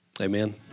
Amen